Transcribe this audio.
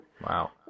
Wow